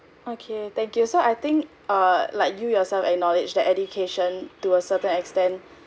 okay thank you so I think err like you yourself acknowledge that education to a certain extent